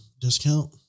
discount